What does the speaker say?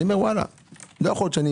אני אומר: לא יכול להיות שהאוצר ואני